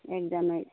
এক জানুৱাৰীত